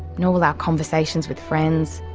nor will our conversations with friends,